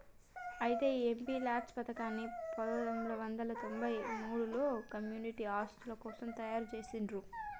అయితే ఈ MPLADS పథకాన్ని పందొమ్మిది వందల తొంభై మూడులలో కమ్యూనిటీ ఆస్తుల కోసం తయారు జేసిర్రు